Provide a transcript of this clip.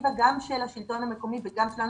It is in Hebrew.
מפרספקטיבה גם של השלטון המקומי וגם שלנו,